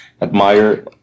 admire